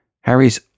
Harry's